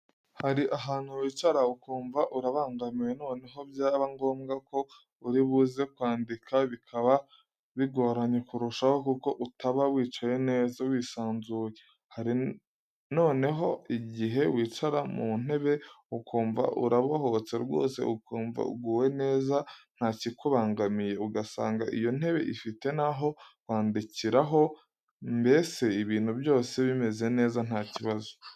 Hari ahantu wicara ukumva urabangamiwe noneho byaba ngombwa ko uri buze kwandika bikaba bigoranye kurushaho kuko utaba wicaye neza wisanzuye. Hari noneho igihe wicara mu ntebe ukumva urabohotse rwose ukumva uguwe neza ntakikubangamiye ugasanga iyo ntebe ifite naho kwandikiraho mbese ibintu byose bimeze neza nta kibazo.